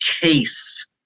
case